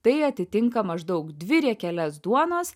tai atitinka maždaug dvi riekeles duonos